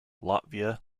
latvia